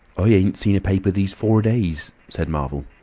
ah yeah ain't seen a paper these four days, said marvel.